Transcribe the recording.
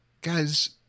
guys